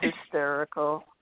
hysterical